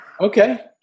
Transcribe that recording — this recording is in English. Okay